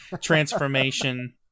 transformation